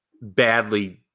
badly